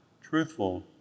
truthful